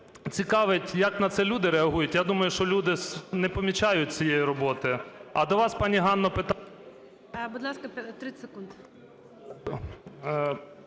цікавить, як на це люди реагують. Я думаю, що люди не помічають цієї роботи. А до вас, пані Ганна, питання... ГОЛОВУЮЧИЙ. Будь ласка, 30 секунд.